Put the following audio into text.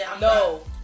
No